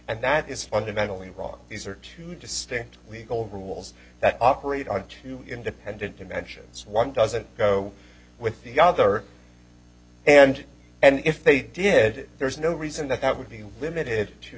that is fundamentally iraq these are two distinct legal rules that operate are two independent dimensions one doesn't go with the other and and if they did there's no reason that that would be limited to